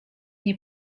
nie